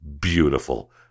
Beautiful